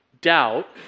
doubt